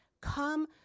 come